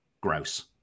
Gross